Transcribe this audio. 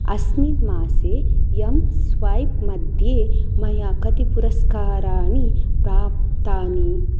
अस्मिन् मासे M swap मध्ये मया कति पुरस्काराणि प्राप्तानि